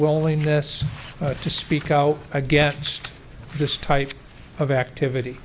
willingness to speak out against this type of activity